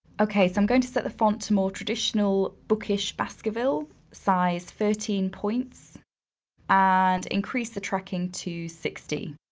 okay, so i'm going to set the font to more traditional bookish baskerville size thirteen points and increase the tracking to sixty,